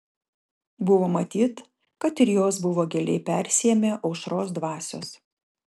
buvo matyt kad ir jos buvo giliai persiėmę aušros dvasios